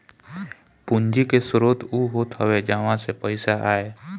पूंजी के स्रोत उ होत हवे जहवा से पईसा आए